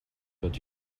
but